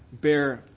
bear